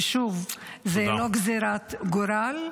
ושוב, זאת לא גזרת גורל -- תודה.